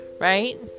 Right